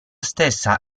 stessa